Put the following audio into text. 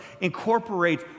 incorporate